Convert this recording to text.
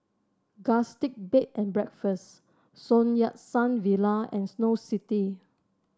Gusti Bed and Breakfast Sun Yat Sen Villa and Snow City